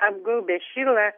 apgaubė šilą